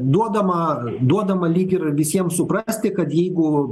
duodama duodama lyg ir visiem suprasti kad jeigu